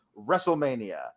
WrestleMania